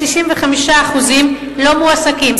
65% לא מועסקים.